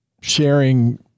sharing